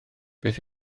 beth